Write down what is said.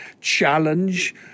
challenge